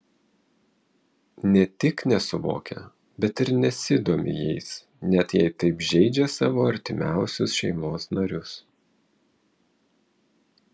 ne tik nesuvokia bet ir nesidomi jais net jei taip žeidžia savo artimiausius šeimos narius